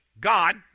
God